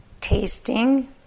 tasting